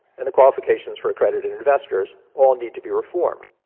and the qualifications for accredited investors all need to be reformed,